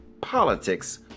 Politics